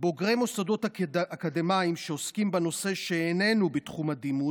בוגרי מוסדות אקדמיים שעוסקים בנושא שאיננו בתחום הדימות